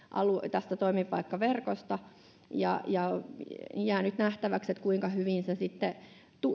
tästä toimipaikkaverkosta jää nyt nähtäväksi kuinka hyvin se sitten